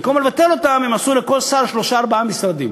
במקום לבטל אותם הם עשו לכל שר שלושה-ארבעה משרדים.